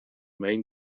main